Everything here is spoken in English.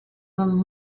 from